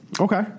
Okay